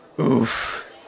Oof